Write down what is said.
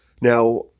Now